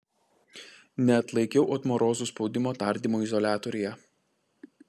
neatlaikiau otmorozų spaudimo tardymo izoliatoriuje